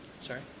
Sorry